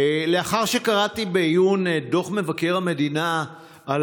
לאחר שקראתי בעיון את דוח מבקר המדינה על